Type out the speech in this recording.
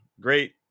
Great